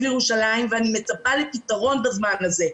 לירושלים ואני מצפה לפתרון בזמן הזה.